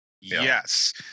yes